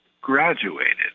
graduated